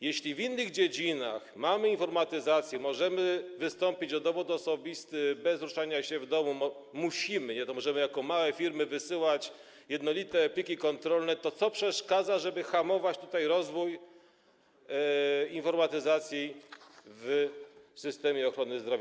Jeśli w innych dziedzinach mamy informatyzację, możemy wystąpić o dowód osobisty bez ruszania się z domu, musimy - nie że możemy - jako małe firmy wysyłać jednolite pliki kontrolne, to co w tym przeszkadza, co ma hamować rozwój informatyzacji w systemie ochrony zdrowia?